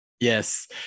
Yes